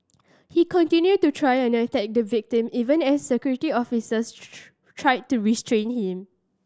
he continued to try and attack the victim even as Security Officers tried to restrain him